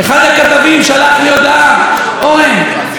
אחד הכתבים שלח לי הודעה: אורן,